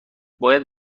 باید